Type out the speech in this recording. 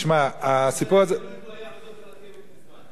אם זה היה תלוי בו הוא היה עוזב את הרכבת מזמן.